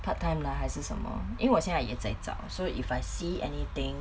part time lah 还是什么因为我现在也在找 so if I see anything